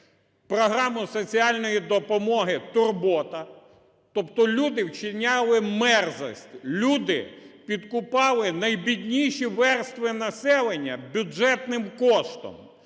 програму соціальної допомоги "Турбота", тобто люди вчиняли мерзость, люди підкупляли найбідніші верстви населення бюджетним коштом,